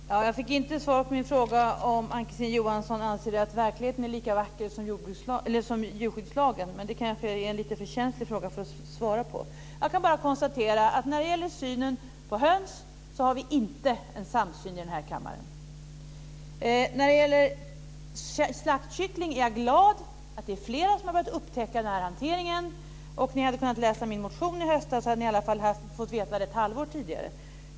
Fru talman! Jag fick inte svar på min fråga om Ann-Kristine Johansson anser att verkligheten är lika vacker som djurskyddslagen visar. Men det är kanske en lite för känslig fråga att svara på. Jag kan bara konstatera att vi inte har en samsyn här i kammaren när det gäller hönsen. Jag är glad att det är flera som har börjat upptäcka hanteringen av slaktkycklingarna. Ni hade kunnat läsa min motion i höstas. Då hade ni fått veta det ett halvår tidigare.